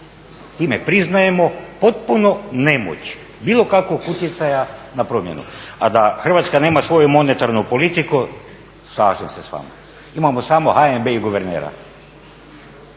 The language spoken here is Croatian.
Time priznajemo potpunu nemoć bilo kakvog utjecaja na promjene. A da Hrvatska nema svoju monetarnu politiku sasvim se s vama slažem. Imamo samo HNB i guvernera.